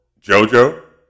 Jojo